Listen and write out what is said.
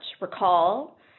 Recall